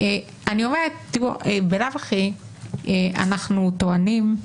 בלאו הכי אנחנו טוענים,